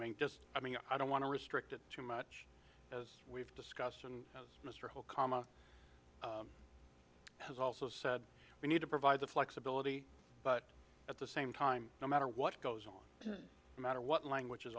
mean just i mean i don't want to restrict it too much as we've discussed and as your whole comma has also said we need to provide the flexibility but at the same time no matter what goes on a matter what language